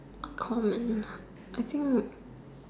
calling I think